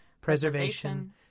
preservation